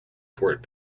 port